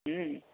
ہوں